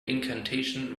incantation